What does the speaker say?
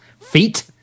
feet